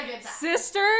sisters